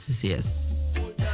yes